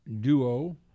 duo